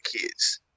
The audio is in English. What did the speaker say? kids